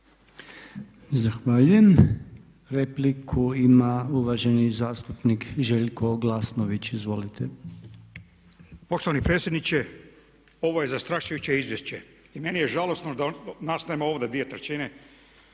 Zahvaljujem. Za repliku se javio uvaženi zastupnik Željko Glasnović, izvolite.